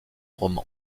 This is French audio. roman